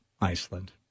Iceland